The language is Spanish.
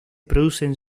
producen